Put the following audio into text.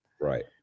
Right